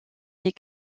des